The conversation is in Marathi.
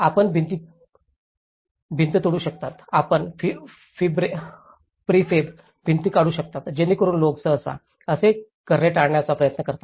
आपण भिंती तोडू शकता आपण प्रीफेब भिंती काढू शकता जेणेकरून लोक सहसा असे करणे टाळण्याचा प्रयत्न करतात